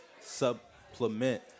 supplement